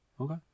Okay